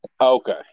Okay